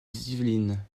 yvelines